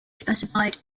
specified